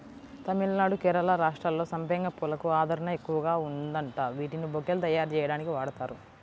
తమిళనాడు, కేరళ రాష్ట్రాల్లో సంపెంగ పూలకు ఆదరణ ఎక్కువగా ఉందంట, వీటిని బొకేలు తయ్యారుజెయ్యడానికి వాడతారు